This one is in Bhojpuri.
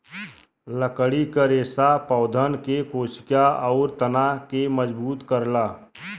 लकड़ी क रेसा पौधन के कोसिका आउर तना के मजबूत करला